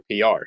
PR